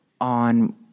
on